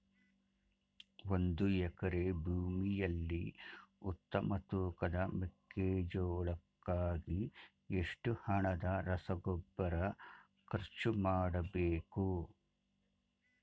ಒಂದು ಎಕರೆ ಭೂಮಿಯಲ್ಲಿ ಉತ್ತಮ ತೂಕದ ಮೆಕ್ಕೆಜೋಳಕ್ಕಾಗಿ ಎಷ್ಟು ಹಣದ ರಸಗೊಬ್ಬರ ಖರ್ಚು ಮಾಡಬೇಕು?